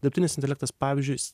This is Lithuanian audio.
dirbtinis intelektas pavyzdžiui